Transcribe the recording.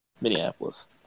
Minneapolis